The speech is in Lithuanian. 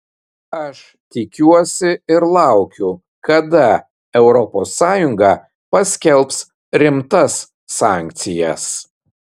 aš tikiuosi ir laukiu kada europos sąjunga paskelbs rimtas sankcijas